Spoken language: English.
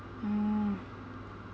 oh